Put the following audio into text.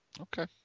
Okay